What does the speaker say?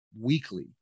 weekly